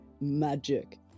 magic